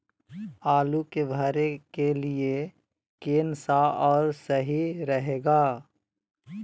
आलू के भरे के लिए केन सा और सही रहेगा?